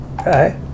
okay